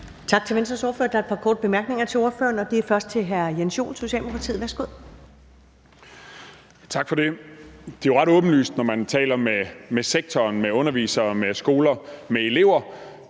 Tak til Venstres ordfører. Der er et par korte bemærkninger til ordføreren, og det er først hr. Jens Joel, Socialdemokratiet. Værsgo. Kl. 15:07 Jens Joel (S): Tak for det. Det er jo ret åbenlyst, når man taler med sektoren – med undervisere, med skoler, med elever